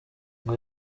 ngo